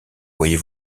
voyez